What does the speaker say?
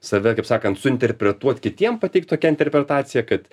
save kaip sakant suinterpretuot kitiem pateikt tokią interpretaciją kad